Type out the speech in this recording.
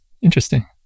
Interesting